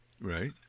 Right